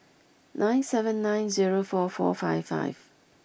nine seven nine zero four four five five